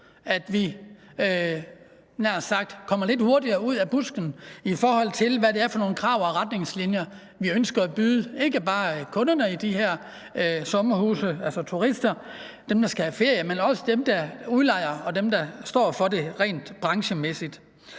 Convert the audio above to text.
jeg nær sagt, kommer lidt hurtigere ud af busken i forhold til, hvad det er for nogle krav og retningslinier, vi ønsker at byde ikke bare kunderne i de her i sommerhuse, altså turister, dem, der skal have ferie, men også dem, der udlejer, og dem, der står for det rent branchemæssigt.